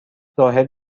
زاهد